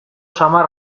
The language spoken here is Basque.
samar